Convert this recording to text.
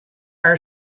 are